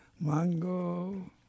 Mango